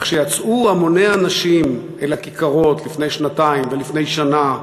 וכשיצאו המוני אנשים אל הכיכרות לפני שנתיים ולפני שנה,